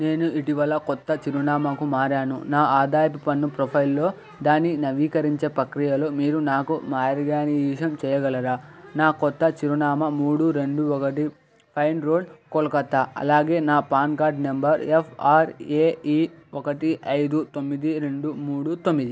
నేను ఇటీవల కొత్త చిరునామాకు మారాను నా ఆదాయపు పన్ను ప్రొఫైల్లో దాన్ని నవీకరించే ప్రక్రియలో మీరు నాకు మార్గనిర్దేశం చెయ్యగలరా నా కొత్త చిరునామా మూడు రెండు ఒకటి పైన్ రోడ్ కోల్కతా అలాగే నా పాన్ కార్డ్ నంబర్ ఎఫ్ఆర్ఏఈ ఒకటి ఐదు తొమ్మిది రెండు మూడు తొమ్మిది